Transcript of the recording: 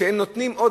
שהם נותנים עוד,